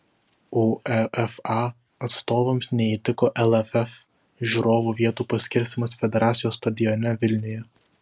uefa atstovams neįtiko lff žiūrovų vietų paskirstymas federacijos stadione vilniuje